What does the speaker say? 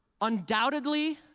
undoubtedly